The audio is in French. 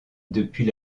depuis